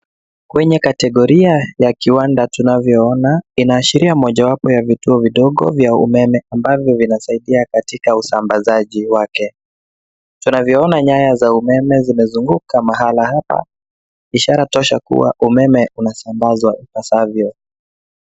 Kwenye kategoria ya kiwanda tunavyoona, inaashiria mojawapo ya vituo vidogo vya umeme ambavyo vinasaidia katika usambazaji wake. Tunavyoona nyaya za umeme zimezunguka mahala hapa ishara kuwa umeme unasambazwa ipasavyo.